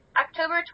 October